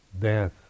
death